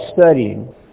studying